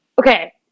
Okay